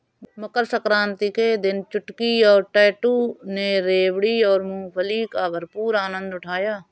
मकर सक्रांति के दिन चुटकी और टैटू ने रेवड़ी और मूंगफली का भरपूर आनंद उठाया